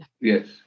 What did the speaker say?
Yes